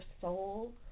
soul